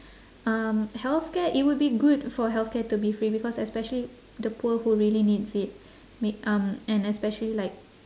um healthcare it would be good for healthcare to be free because especially the poor who really needs it ma~ um and especially like